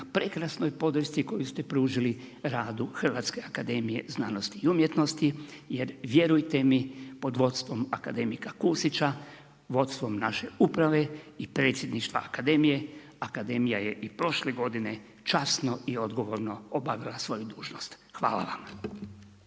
prekrasnoj podršci koju ste pružili radu HAZU jer vjerujte mi pod vodstvom akademika Kusića vodstvom naše uprave i predsjedništva akademije, akademija je prošle godine časno i odgovorno obavila svoju dužnost. Hvala vam.